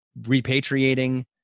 repatriating